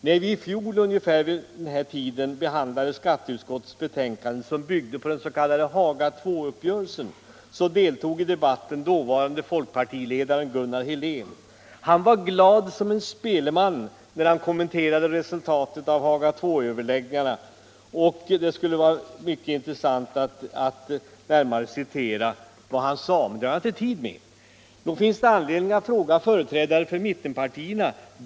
När vi ungefär vid den här tiden i fjol behandlade ett betänkande från skatteutskottet som byggde på den s.k. Haga II-uppgörelsen, deltog dåvarande partiledaren Gunnar Helén i debatten. Han var glad som en speleman när han kommenterade resultatet av Haga II-överläggningarna. Det skulle vara intressant att citera vad han sade, men det räcker inte tiden till.